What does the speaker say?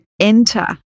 enter